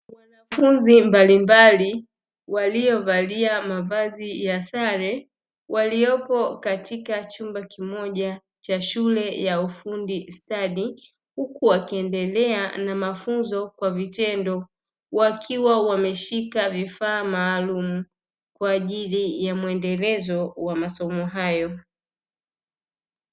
Wanafunzi mbalimbali waliovalia mavazi ya sare waliopo katika chumba kimoja cha shule ya ufundi stadi huku wakiendelea na mafunzo kwa vitendo wakiwa wameshika vifaa maalumu kwa ajili ya murndelezo wa masomo hayo.